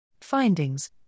Findings